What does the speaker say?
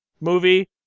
movie